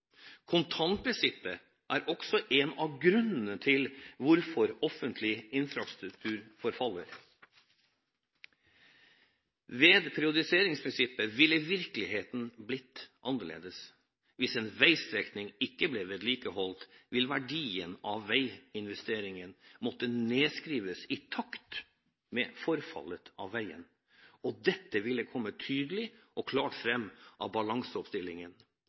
Kontantprinsippet er også en av grunnene til at offentlig infrastruktur forfaller. Ved periodiseringsprinsippet ville virkeligheten blitt annerledes. Hvis en veistrekning ikke ble vedlikeholdt, ville verdien av veiinvesteringen måtte nedskrives i takt med forfallet av veien, og dette ville komme tydelig og klart fram av balanseoppstillingen.